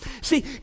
See